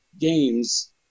games